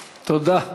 תודה.